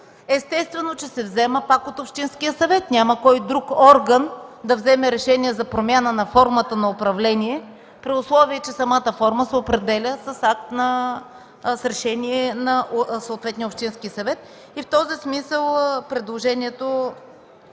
естествено че се взема пак от общинския съвет. Няма кой друг орган да вземе решение за промяна на формата на управление, при условие че самата форма се определя с решение на съответния общински съвет. В този смисъл предложението